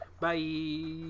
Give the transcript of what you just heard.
Bye